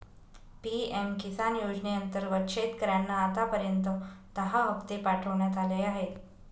PM Kisan योजनेअंतर्गत शेतकऱ्यांना आतापर्यंत दहा हप्ते पाठवण्यात आले आहेत